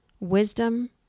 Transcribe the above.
wisdom